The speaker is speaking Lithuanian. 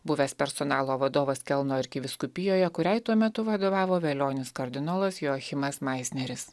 buvęs personalo vadovas kelno arkivyskupijoje kuriai tuo metu vadovavo velionis kardinolas joachimas maisneris